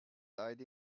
died